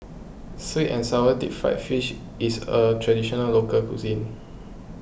Sweet and Sour Deep Fried Fish is a Traditional Local Cuisine